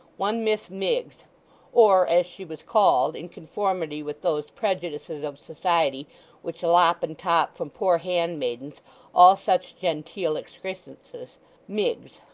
one miss miggs or as she was called, in conformity with those prejudices of society which lop and top from poor hand-maidens all such genteel excrescences miggs.